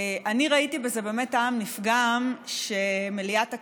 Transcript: אני ראיתי בזה באמת טעם לפגם שמליאת הכנסת,